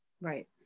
Right